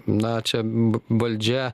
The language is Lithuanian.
na čia valdžia